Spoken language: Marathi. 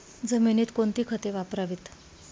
जमिनीत कोणती खते वापरावीत?